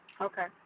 okay